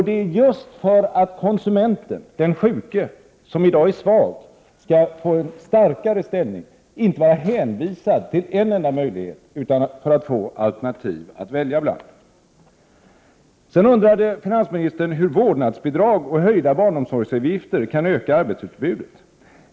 Det är just för att konsumenten, den sjuke som i dag är svag, skall få en starkare ställning och inte vara hänvisad till en enda möjlighet utan få alternativ att välja bland. Sedan undrade finansministern hur vårdnadsbidrag och höjda barnomsorgsavgifter kan öka arbetsutbudet.